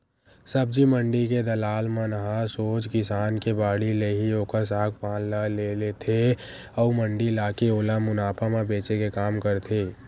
सब्जी मंडी के दलाल मन ह सोझ किसान के बाड़ी ले ही ओखर साग पान ल ले लेथे अउ मंडी लाके ओला मुनाफा म बेंचे के काम करथे